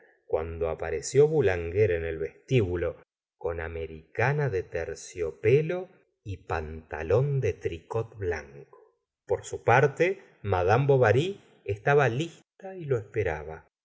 cuando apareció boulanger en el vestíbulo con americana de terciopelo y y pantalón de tricot blanco por su parte mad bovary estaba lista y lo esperaba